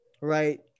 right